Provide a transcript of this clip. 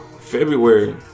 february